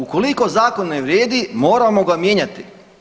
Ukoliko zakon ne vrijedi, moramo ga mijenjati.